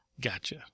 Gotcha